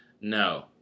no